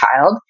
child